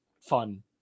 Fun